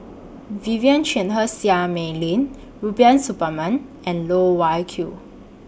Vivien Quahe Seah Mei Lin Rubiah Suparman and Loh Wai Kiew